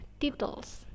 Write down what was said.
titles